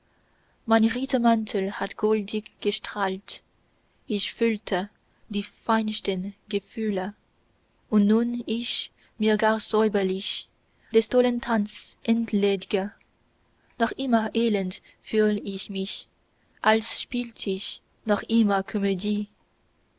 mein rittermantel hat goldig gestrahlt ich fühlte die feinsten gefühle und nun ich mich gar säuberlich des tollen tands entledge noch immer elend fühl ich mich als spielt ich noch immer